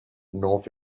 north